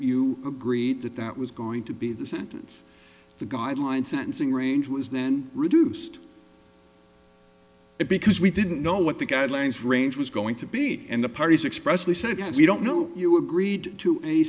you agreed that that was going to be the sentence the guidelines sentencing range was then reduced because we didn't know what the guidelines range was going to be and the parties expressly said we don't know you agreed to a